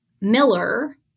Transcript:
Miller